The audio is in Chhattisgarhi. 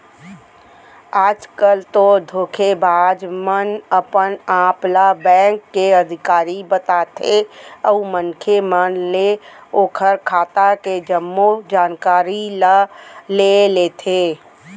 आज कल तो धोखेबाज मन अपन आप ल बेंक के अधिकारी बताथे अउ मनखे मन ले ओखर खाता के जम्मो जानकारी ले लेथे